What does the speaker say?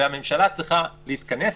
והממשלה צריכה להתכנס,